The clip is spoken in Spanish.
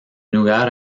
lugar